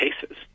cases